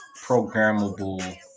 Programmable